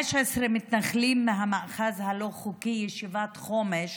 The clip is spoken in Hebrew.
15 מתנחלים מהמאחז הלא-חוקי ישיבת חומש